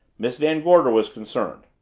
miss van gorder was concerned.